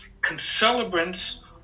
Concelebrants